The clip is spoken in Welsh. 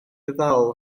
ddal